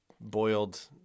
boiled